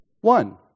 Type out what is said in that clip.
one